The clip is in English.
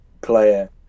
player